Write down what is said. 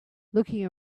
looking